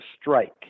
strike